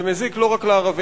זה מזיק לא רק לערבים,